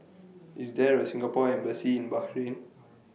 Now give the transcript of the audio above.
IS There A Singapore Embassy in Bahrain